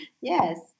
Yes